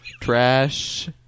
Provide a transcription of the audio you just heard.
Trash